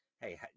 hey